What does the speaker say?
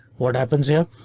what happens here?